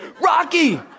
Rocky